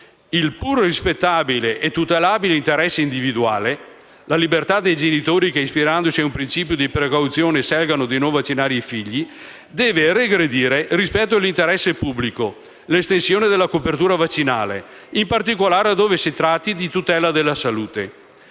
«il pur rispettabile e tutelabile interesse individuale (la libertà dei genitori che ispirandosi ad un principio di precauzione scelgano di non vaccinare i figli) deve regredire rispetto all'interesse pubblico (l'estensione della copertura vaccinale), in particolare dove si tratti di tutela della salute».